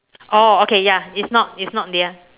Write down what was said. oh okay ya it's not it's not dear